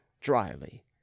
dryly